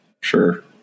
Sure